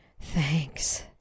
Thanks